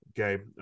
Okay